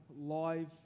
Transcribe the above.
live